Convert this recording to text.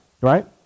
Right